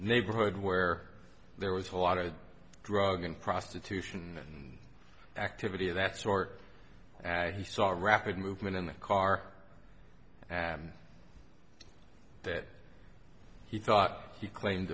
neighborhood where there was a lot of drug and prostitution activity that sort and he saw a rapid movement in the car that he thought he claimed